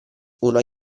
una